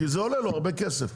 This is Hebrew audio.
כי זה עולה לו הרבה כסף.